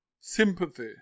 sympathy